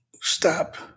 stop